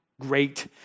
great